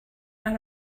are